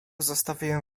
zostawiłem